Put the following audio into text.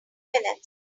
minutes